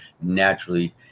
naturally